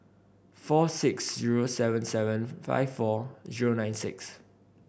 four six zero seven seven five four zero nine six